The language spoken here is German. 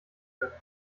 können